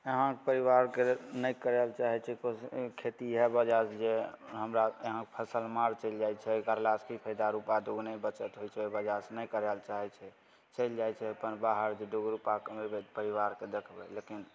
यहाँके परिवारके नहि करय लए चाहय छै खेती इएह वजहसँ जे हमरा यहाँ फसल मार चलि जाइ छै करलासँ की फायदा रूपा दू गो नहि बचत होइ छै ओइ वजहसँ नहि करय लए चाहय छै चलि जाइ छै अपन बाहर जे दू गो रूपा कमेबइ परिवारके देखबै लेकिन